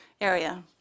area